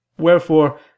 Wherefore